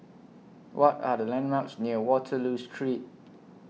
What Are The landmarks near Waterloo Street